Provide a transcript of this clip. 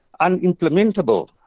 unimplementable